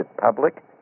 public